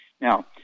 Now